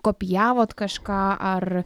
kopijavot kažką ar